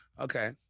Okay